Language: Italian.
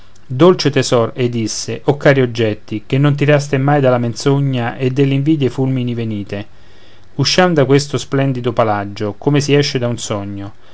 dolce tesor ei disse o cari oggetti che non tiraste mai della menzogna e dell'invidia i fulmini venite usciam da questo splendido palagio come si esce da un sogno